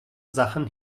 sachen